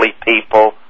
people